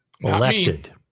elected